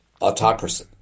autocracy